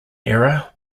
error